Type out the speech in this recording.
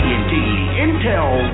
Intel